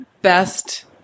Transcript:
best